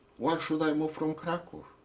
why should i move from krakow?